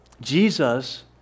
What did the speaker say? Jesus